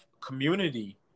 community